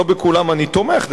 לא בכולם אני תומך,